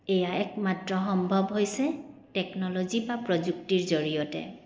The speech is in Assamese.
এয়া একমাত্ৰ সম্ভৱ হৈছে টেকন'লজি বা প্ৰযুক্তিৰ জৰিয়তে